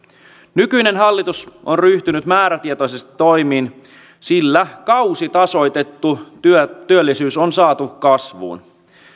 nykyinen hallitus on ryhtynyt määrätietoisesti toimiin sillä kausitasoitettu työllisyys on saatu kasvuun